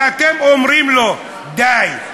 כשאתם אומרים לו: די,